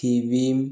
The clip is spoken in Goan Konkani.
थिवीं